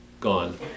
gone